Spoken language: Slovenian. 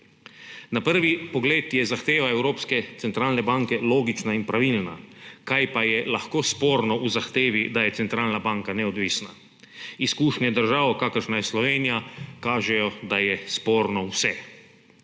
Na prvi pogled je zahteva Evropske centralne banke logična in pravilna. Kaj pa je lahko sporno v zahtevi, da je centralna banka neodvisna? Izkušnje držav, kakršna je Slovenija, kažejo, da je sporno vse.